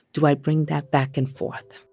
do i bring that back and forth?